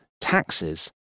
taxes